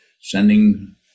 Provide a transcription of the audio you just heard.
sending